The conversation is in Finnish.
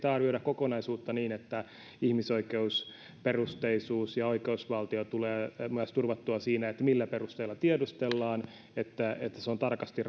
pitää arvioida kokonaisuutta niin että ihmisoikeusperusteisuus ja oikeusvaltio tulevat myös turvattua siinä millä perusteella tiedustellaan että että se on tarkasti